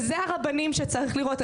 ואלו הרבנים שצריך לראות.